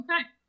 Okay